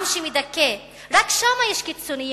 עם שמדכא, רק שם יש קיצונים ומתונים,